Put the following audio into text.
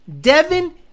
Devin